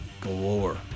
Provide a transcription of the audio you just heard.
galore